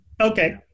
okay